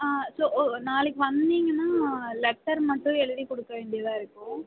ஆ so ஓ நாளைக்கு வந்தீங்கன்னால் லெட்டர் மட்டும் எழுதி கொடுக்க வேண்டியதாக இருக்கும்